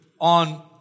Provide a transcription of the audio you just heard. on